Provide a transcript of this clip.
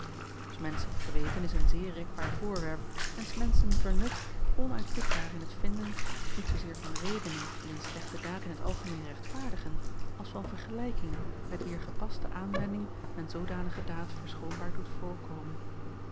delen weten is een zeer rekbaar voorwerp en s menschen vernuft onuitputbaar in het vinden niet zoozeer van redenen die een slechte daad in t algemeen rechtvaardigen als van vergelijkingen met wier gepaste aanwending men zoodanige daad verschoonbaar doet voorkomen